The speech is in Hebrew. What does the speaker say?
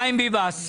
חיים ביבס,